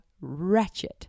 wretched